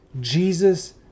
Jesus